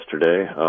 yesterday